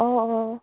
অঁ অঁ